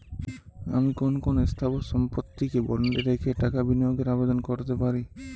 আমি কোন কোন স্থাবর সম্পত্তিকে বন্ডে রেখে টাকা বিনিয়োগের আবেদন করতে পারি?